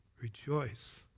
rejoice